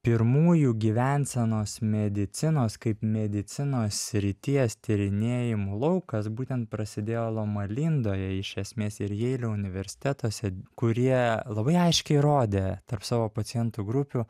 pirmųjų gyvensenos medicinos kaip medicinos srities tyrinėjimų laukas būtent prasidėjo loma lindoje iš esmės ir jeilio universitetuose kurie labai aiškiai rodė tarp savo pacientų grupių